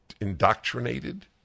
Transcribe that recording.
indoctrinated